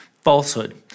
falsehood